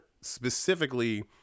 specifically